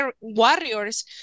warriors